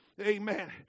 Amen